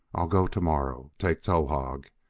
i'll go to-morrow take towahg.